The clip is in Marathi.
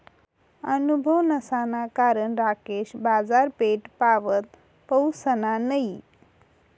अनुभव नसाना कारण राकेश बाजारपेठपावत पहुसना नयी